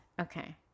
Okay